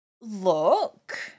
Look